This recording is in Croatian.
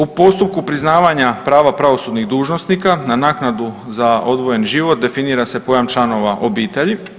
U postupku priznavanja prava pravosudnih dužnosnika na naknadu za odvojen život definira se pojam članova obitelji.